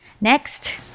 Next